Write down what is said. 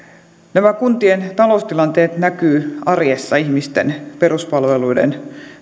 nämä kuntien taloustilanteet näkyvät arjessa ihmisten peruspalveluiden